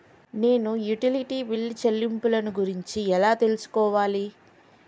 నేను utility bill చెల్లింపులను గురించి ఎలా తెలుసుకోవాలి?